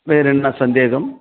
வேறு என்ன சந்தேகம்